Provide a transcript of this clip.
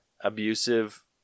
Abusive